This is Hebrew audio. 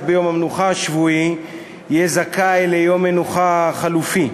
ביום המנוחה השבועי יהיה זכאי ליום מנוחה חלופי.